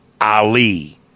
Ali